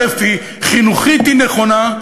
חינוכית היא נכונה,